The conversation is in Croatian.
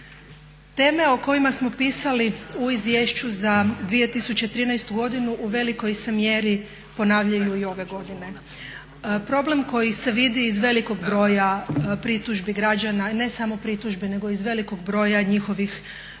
Teme o kojima smo pisali u Izvješću za 2013. godinu u velikoj se mjeri ponavljaju i ove godine. Problem koji se vidi iz velikog broja pritužbi građana, ne samo pritužbi nego iz velikog broja njihovih